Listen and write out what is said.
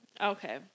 Okay